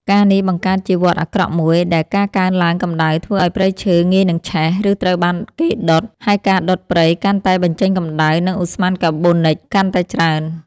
ការណ៍នេះបង្កើតជាវដ្តអាក្រក់មួយ ដែលការកើនឡើងកម្ដៅធ្វើឱ្យព្រៃឈើងាយនឹងឆេះ ឬត្រូវបានគេដុត ហើយការដុតព្រៃកាន់តែបញ្ចេញកម្ដៅ និងឧស្ម័នកាបូនិចកាន់តែច្រើន។